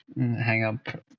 hang-up